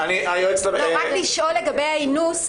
אני רוצה לשאול לגבי האינוס,